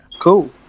Cool